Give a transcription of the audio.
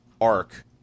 arc